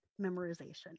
memorization